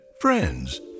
friends